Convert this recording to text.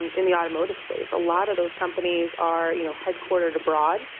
and in the automotive space, a lot of those companies are, you know, headquarters abroad.